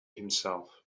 himself